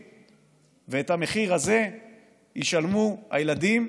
ואת המחיר הזה ישלמו הילדים,